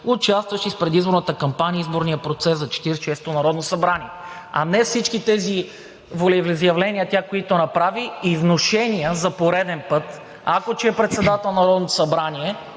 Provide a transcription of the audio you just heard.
участващи в предизборната кампания и изборния процес за 46-ото народно събрание, а не всички тези волеизявления, които тя направи, и внушения за пореден път. Ако че е председател на Народното събрание,